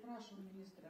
prašom ministre